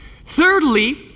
thirdly